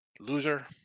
Loser